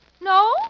No